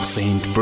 Saint